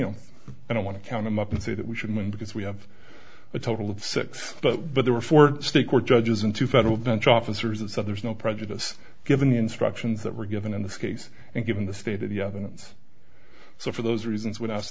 know i don't want to count them up and say that we should win because we have a total of six but there were four state court judges in two federal bench officers that there is no prejudice given instructions that were given in this case and given the state of the minutes so for those reasons would ask